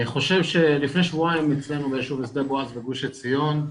אני חושב שלפני שבועיים אצלנו ביישוב שדה בועז בגוש עציון,